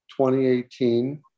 2018